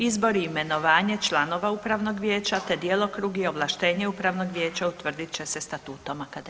Izbor i imenovanje članova upravnog vijeća te djelokrug i ovlaštenje upravnog vijeća utvrdit će se statutom akademije.